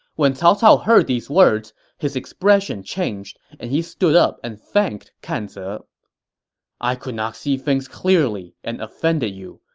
when cao cao heard these words, his expression changed and he stood up and thanked kan ze i could not see things clearly and offended you.